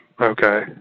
Okay